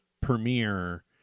premiere